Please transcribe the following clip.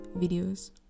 videos